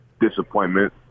disappointment